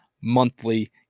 monthly